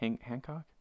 hancock